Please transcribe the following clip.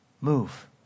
move